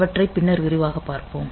அவற்றை பின்னர் விரிவாகப் பார்ப்போம்